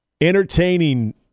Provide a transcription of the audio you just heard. entertaining